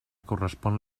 correspon